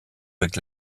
avec